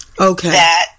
Okay